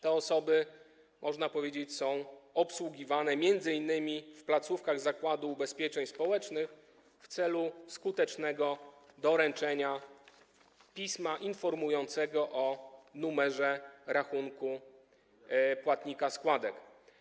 Te osoby, można powiedzieć, są obsługiwane m.in. w placówkach Zakładu Ubezpieczeń Społecznych w celu skutecznego doręczenia pisma informującego o numerze rachunku płatnika składek.